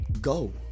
go